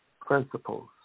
principles